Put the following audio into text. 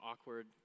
awkward